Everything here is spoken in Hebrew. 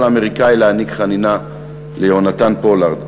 האמריקני להעניק חנינה ליונתן פולארד.